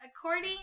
according